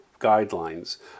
guidelines